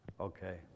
Okay